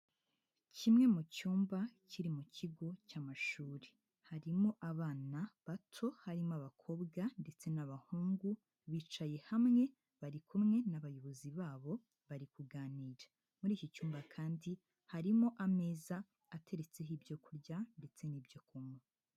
Kimwe mu cyumba kiri mu kigo cy'amashuri, harimo abana bato harimo abakobwa ndetse n'abahungu, bicaye hamwe bari kumwe n'abayobozi babo bari kuganira, muri iki cyumba kandi harimo ameza ateretseho ibyo kurya ndetse n'ibyo kunywa.